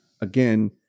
Again